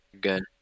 Good